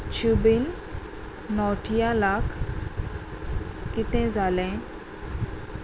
शुबीन नोटियालाक कितें जाले